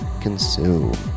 Consume